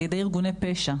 על ידי ארגוני פשע.